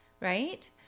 right